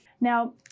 Now